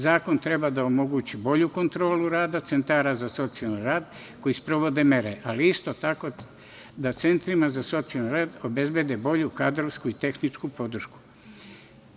Zakon treba da omogući bolju kontrolu rada centara za socijalni rad koji sprovode mere, ali isto tako da centrima za socijalni rad obezbedi bolju kadrovsku i tehničku podršku.